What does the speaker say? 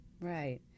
right